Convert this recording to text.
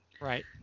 Right